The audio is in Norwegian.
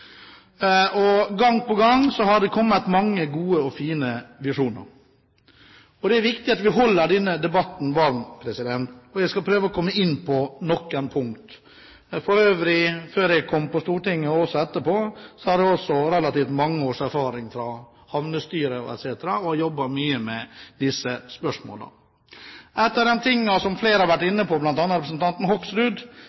Gang på gang har det kommet mange gode og fine visjoner. Det er viktig at vi holder denne debatten varm, og jeg skal prøve å komme inn på noen punkter. For øvrig: Jeg har relativt mange års erfaring fra havnestyrer etc. og har jobbet mye med disse spørsmålene før jeg kom på Stortinget, men også etterpå. Noe av det som flere har vært